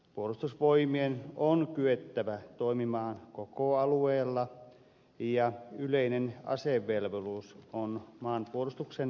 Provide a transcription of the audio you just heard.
puolustusvoimien on kyettävä toimimaan koko alueella ja yleinen asevelvollisuus on maanpuolustuksen peruspilari